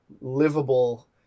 livable